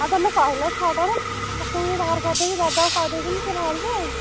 ତମେ କହିଲ ଛଅଟାରେ ମୁଁ ସମସ୍ତିଙ୍କୁ ବାହାରକରି ଦେଇକି ଦାଦାକୁ କହି ଦେଇଥିମି ସିଏ ବାହାରିବେ ଆଉ